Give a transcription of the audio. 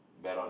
Veron